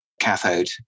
cathode